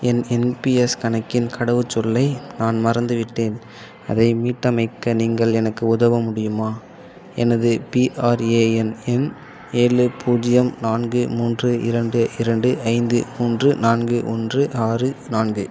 என் N P S கணக்கின் கடவுச்சொல்லை நான் மறந்துவிட்டேன் அதை மீட்டமைக்க நீங்கள் எனக்கு உதவ முடியுமா எனது பிஆர்ஏஎன் எண் ஏழு பூஜ்ஜியம் நான்கு மூன்று இரண்டு இரண்டு ஐந்து மூன்று நான்கு ஒன்று ஆறு நான்கு